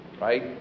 right